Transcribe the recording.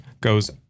goes